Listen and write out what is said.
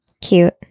Cute